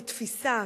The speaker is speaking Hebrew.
כתפיסה,